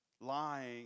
lying